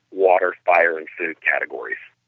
water, fire and food categories